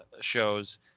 shows